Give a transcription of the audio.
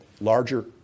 larger